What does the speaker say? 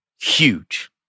huge